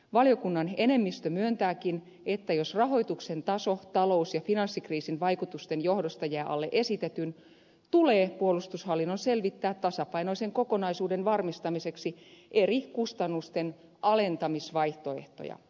valiokunnan enemmistö myöntääkin että jos rahoituksen taso talous ja finanssikriisin vaikutusten johdosta jää alle esitetyn tulee puolustushallinnon selvittää tasapainoisen kokonaisuuden varmistamiseksi eri kustannusten alentamisvaihtoehtoja